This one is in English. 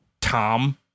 Tom